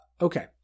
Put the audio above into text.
Okay